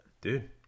dude